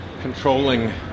controlling